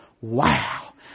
wow